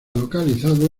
localizado